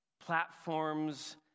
platforms